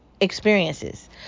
experiences